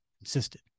insisted